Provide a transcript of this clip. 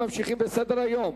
רבותי, ממשיכים בסדר-היום: